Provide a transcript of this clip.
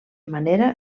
manera